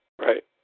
Right